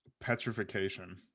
Petrification